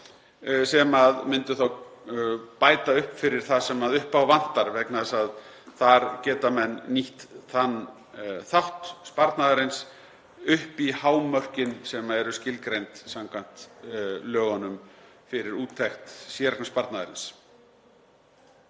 sem myndu þá bæta upp fyrir það sem upp á vantar vegna þess að þar geta menn nýtt þann þátt sparnaðarins upp í hámörkin sem eru skilgreind samkvæmt lögunum fyrir úttekt séreignarsparnaðarins.